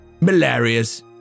Malarious